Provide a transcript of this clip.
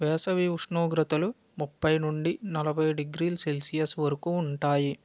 వేసవి ఉష్ణోగ్రతలు ముప్పై నుండి నలభై డిగ్రీ సెల్సియస్ వరకు ఉంటాయి